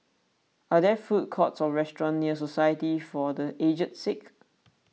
are there food courts or restaurants near Society for the Aged Sick